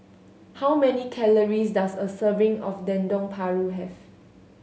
how many calories does a serving of Dendeng Paru have